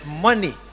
money